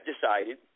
decided